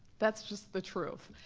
that's just the truth.